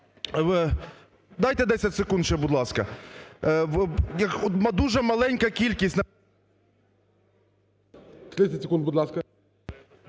Дайте 10 секунд ще, будь ласка. Дуже маленька кількість… ГОЛОВУЮЧИЙ. 30 секунд, будь ласка.